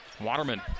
Waterman